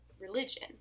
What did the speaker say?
religion